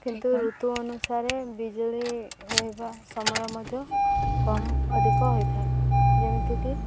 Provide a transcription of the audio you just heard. କିନ୍ତୁ ଋତୁ ଅନୁସାରେ ବିଜୁଳି ରହିବା ସମୟ ମଧ୍ୟ କମ୍ ଅଧିକ ହୋଇଥାଏ ଯେମିତିକି